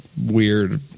weird